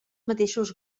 mateixos